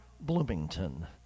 Bloomington